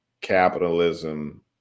capitalism